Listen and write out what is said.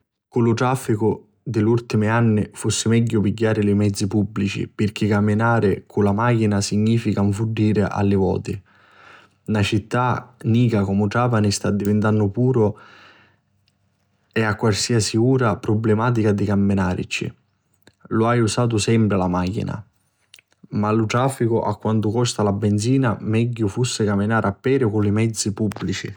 Cu lu traficu di l'urtimi anni fussi megghiu pigghiari li mezzi pubblici pirchì caminari cu la machina significa nfuddiri a li voti. Na città nica comu Trapani sta divintannu puru e a qualsiasi ura prublimatica di caminaricci. Iu haiu usatu sempri la machina ma tra lu traficu e quantu custa la binzina megghiu fussi caminari a peri o cu li mezzi pubblici.